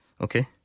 Okay